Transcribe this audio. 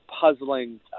puzzling